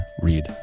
read